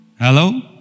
Hello